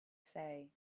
say